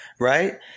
Right